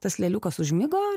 tas leliukas užmigo